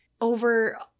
over